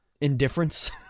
Indifference